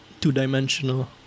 Two-dimensional